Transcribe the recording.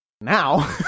now